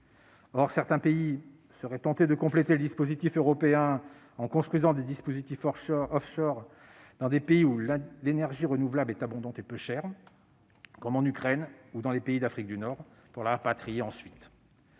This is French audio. vert. Certains pays seront alors tentés de compléter le dispositif européen en construisant des dispositifs, dans des pays où l'énergie renouvelable est abondante et peu chère, comme en Ukraine ou dans les pays d'Afrique du Nord, et en rapatriant ensuite